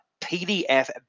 PDF